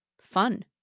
fun